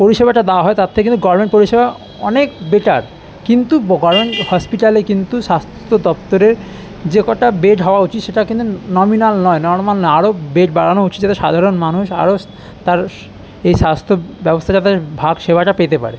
পরিষেবাটা দাওয়া হয় তার থেকে কিন্তু গরমেন্ট পরিষেবা অনেক বেটার কিন্তু গরমেন্ট হসপিটালে কিন্তু স্বাস্থ্য দপ্তরের যে কটা বেড হওয়া উচিত সেটা কিন্তু নমিনাল নয় নরমাল নয় আরো বেড বাড়ানো উচিত যাতে সাধারণ মানুষ আরো স তার স এই স্বাস্থ্য ব্যবস্থা ব্যাপার ভাগ সেবাটা পেতে পারে